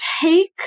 take